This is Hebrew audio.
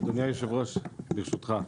אדוני יושב הראש, ברשותך.